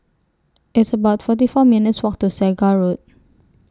It's about forty four minutes' Walk to Segar Road